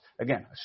again